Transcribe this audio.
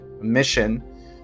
mission